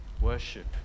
worship